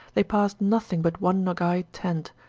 they passed nothing but one nogay tent,